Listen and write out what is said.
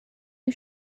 you